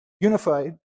unified